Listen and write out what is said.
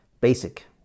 Basic